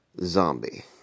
Zombie